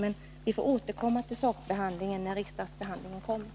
Men vi får återkomma till sakbehandlingen när ärendet blir föremål för riksdagens prövning.